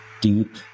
deep